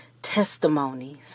testimonies